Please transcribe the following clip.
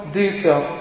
detail